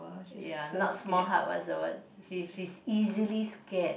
ya not small heart what's the word she she's easily scared